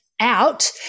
out